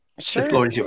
Sure